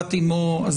ששפת אמו אחרת,